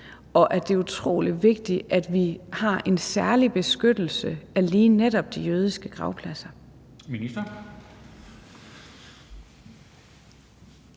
og at det er utrolig vigtigt, at vi har en særlig beskyttelse af lige netop de jødiske gravpladser?